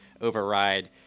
override